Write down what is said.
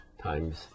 times